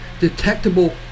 detectable